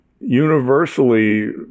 universally